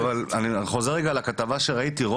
חוזר רגע לכתבה שראיתי.